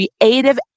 creative